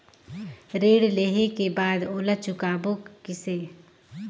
ऋण लेहें के बाद ओला चुकाबो किसे?